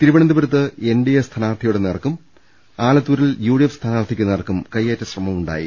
തിരുവനന്തപുരത്ത് N D A സ്ഥാനാർത്ഥിയുടെ നേർക്കും ആലത്തൂരിലെ യു ഡി എഫ് സ്ഥാനാർത്ഥിക്കുനേർക്കും കയ്യേറ്റ ശ്രമമുണ്ടായി